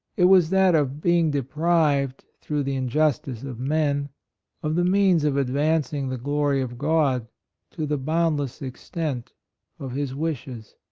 it was that of being de prived through the injustice of men of the means of advancing the glory of god to the boundless extent of his wishes.